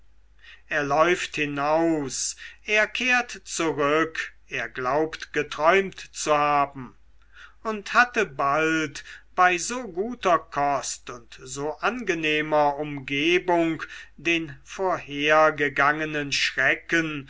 er läuft hinaus er kehrt zurück er glaubt geträumt zu haben und hatte bald bei so guter kost und so angenehmer umgebung den vorhergegangenen schrecken